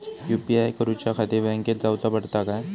UPI करूच्याखाती बँकेत जाऊचा पडता काय?